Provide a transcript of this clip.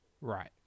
Right